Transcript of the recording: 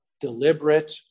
deliberate